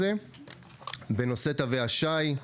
בנושא תווי השי,